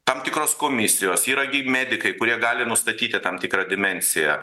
tam tikros komisijos yra gi medikai kurie gali nustatyti tam tikrą demensiją